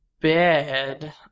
bad